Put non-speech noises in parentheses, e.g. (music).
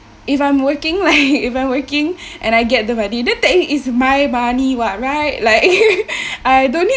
if I'm working like if I'm working and I get the money that thing is my money [what] right like (laughs) I don't need